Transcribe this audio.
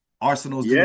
Arsenal's